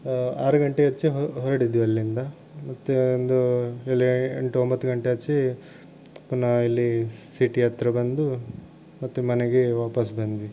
ಆರು ಗಂಟೆ ಆಚೆ ಹೊ ಹೊರಟಿದ್ದು ಅಲ್ಲಿಂದ ಮತ್ತೆ ಒಂದು ಎಂಟು ಒಂಬತ್ತು ಗಂಟೆ ಆಚೆ ಪುನಃ ಇಲ್ಲಿ ಸಿಟಿ ಹತ್ತಿರ ಬಂದು ಮತ್ತೆ ಮನೆಗೆ ವಾಪಸ್ ಬಂದ್ವಿ